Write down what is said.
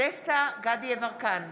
דסטה גדי יברקן,